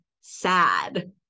sad